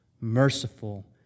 merciful